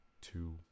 two